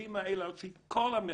הילדים האלה על פי המחקרים